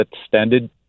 extended